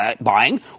buying